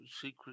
Secret